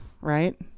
right